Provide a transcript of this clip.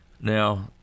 Now